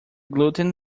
gluten